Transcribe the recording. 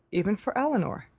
even for elinor.